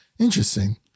interesting